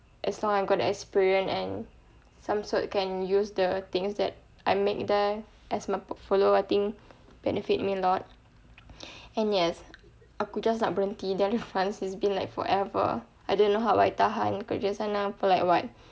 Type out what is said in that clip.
as long I got the experience and some sort can use the things that I make there as my portfolio I think benefit me a lot and yes aku just nak berhenti delifrance has been like forever I didn't know how I tahan kerja sana for like what